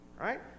right